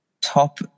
Top